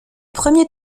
premier